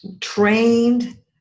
trained